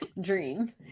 dream